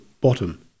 bottom